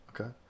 Okay